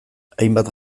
hainbat